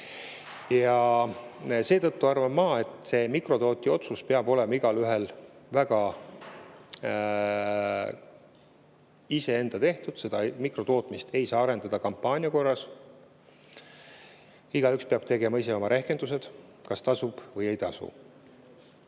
Seetõttu arvan ma, et mikrotootjaks [hakkamise] otsus peab olema igaühel iseenda tehtud, mikrotootmist ei saa arendada kampaania korras. Igaüks peab tegema ise oma rehkendused, kas tasub või ei tasu.